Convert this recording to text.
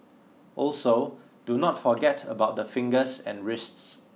also do not forget about the fingers and wrists